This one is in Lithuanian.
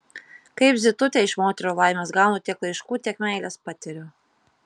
kaip zitutė iš moterų laimės gaunu tiek laiškų tiek meilės patiriu